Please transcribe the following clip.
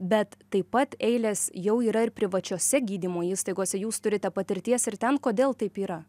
bet taip pat eilės jau yra ir privačiose gydymo įstaigose jūs turite patirties ir ten kodėl taip yra